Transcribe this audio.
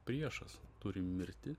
priešas turi mirti